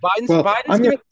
Biden's